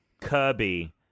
Kirby